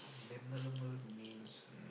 memorable means